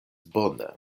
bone